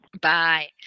Bye